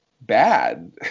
bad